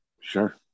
Sure